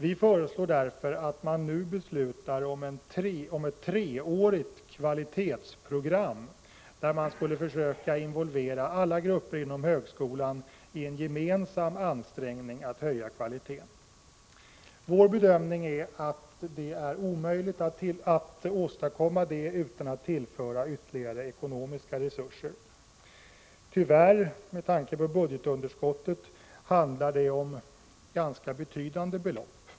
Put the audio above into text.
Vi föreslår därför att man nu beslutar om ett treårigt kvalitetsprogram, där man skulle försöka involvera alla grupper inom högskolan i en gemensam ansträngning att höja kvaliteten. Vår bedömning är att det är omöjligt att åstadkomma detta utan att tillföra ytterligare ekonomiska resurser. Tyvärr — med tanke på budgetunderskottet — handlar det om ganska betydande belopp.